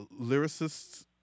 lyricists